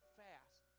fast